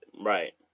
right